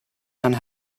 and